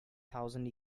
thousand